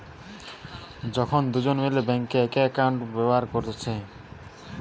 যখন দুজন মিলে বেঙ্কে একই একাউন্ট ব্যাভার কোরছে